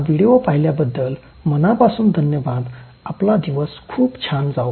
हा व्हिडिओ पाहिल्याबद्दल मनापासून धन्यवाद आपला दिवस खूप छान जावो